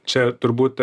čia turbūt